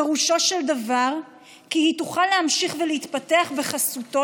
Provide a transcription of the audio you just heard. פירושו של דבר כי היא תוכל להמשיך ולהתפתח בחסותו